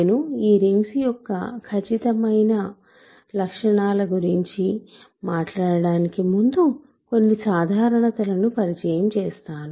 నేను ఈ రింగ్స్ యొక్క ఖచ్చితమైన లక్షణాల గురించి మాట్లాడటానికి ముందు కొన్ని సాధారణతలను పరిచయం చేస్తాను